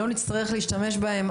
שלא נצטרך להשתמש בהן,